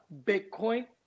Bitcoin